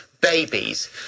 babies